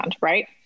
Right